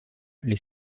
les